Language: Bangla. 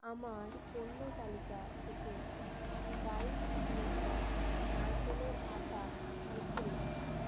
আমার পণ্য তালিকা থেকে বাই নেচার নারকেলের আটা মুছে দিন